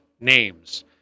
names